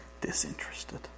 disinterested